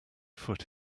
foot